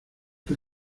que